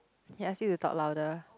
he ask you to talk louder